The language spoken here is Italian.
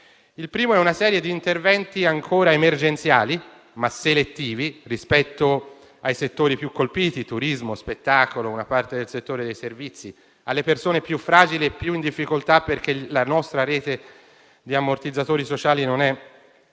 il primo è una serie di interventi ancora emergenziali, ma selettivi, rispetto ai settori più colpiti (turismo, spettacolo e una parte di quello dei servizi), alle persone più fragili e più in difficoltà, perché la nostra rete di ammortizzatori sociali non è